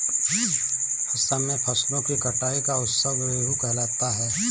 असम में फसलों की कटाई का उत्सव बीहू कहलाता है